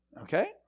okay